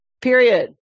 Period